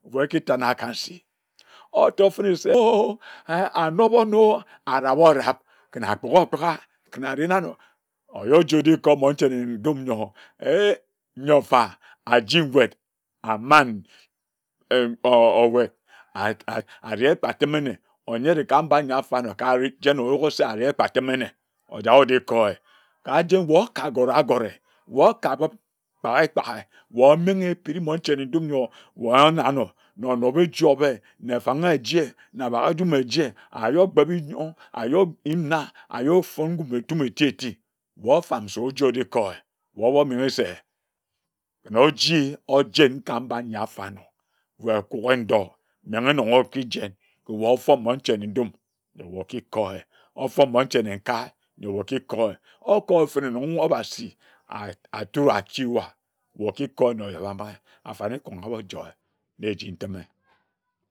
Ohbu eki tana ki nsi, otor fenne ooh, ahnob onor-o, ahrab orab kǝn akpik okpik a, kǝn ari nan o. Oye oji oji ko monche ndum yor eeh, nyor-fa, aji nwut aman em owut ari ekpateme nne, oyere ka mba ayi afor anor ka jen, oyuk-ghi se ari ekpateme nne ojak oji ko ehye. Ka jen we okakgore agore, we oka beb kpak-eh kpak ge we omenghe monche ne ndum yor ohen anor na onor-eji ohbe, na efang eji na baghe ejum eje. Ayi ogbe bi yong, ayi oyim na, ayi ofon ngum etom eti-eh-ti, we ofam se oji oji ko ehe. We omenghe se oji ojen ka mba ayi afor anor, we kukhe ndor, menghe nong oki jen, we ofon monche ne-dum yor oki ko yeh, ofon monche nenkae yor oki ko yeh. O ko eh fen-ne nong Obasi atore aki wa, we oki ko na oyeba mbing, afan-nikong a mo joi na eji nteme.